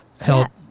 help